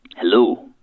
Hello